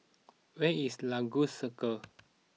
where is Lagos Circle